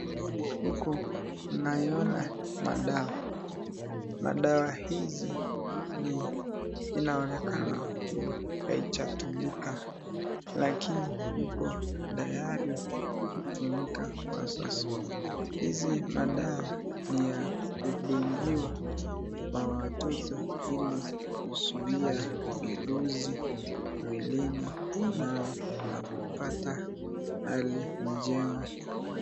Huku naiona madawa, madawa hizi inaonekana kuwa haijatumika lakini iko tayari kutumika kwa sasa, hizi madawa ni ya kudungiwa kwa watoto hili kuzuia virusi mwilini mwao na kupata hali njema.